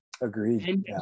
Agreed